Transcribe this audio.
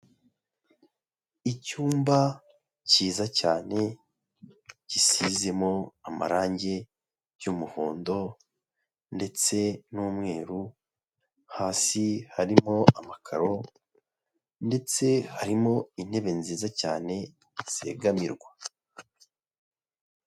Icyumba kiza cyane gisizemo amarangi y'umuhondo ndetse n'umweru, hasi harimo amakaro ndetse harimo intebe nziza cyane zegamirwa.